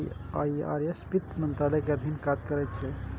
IRS वित्त मंत्रालय के अधीन काज करै छै